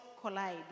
collide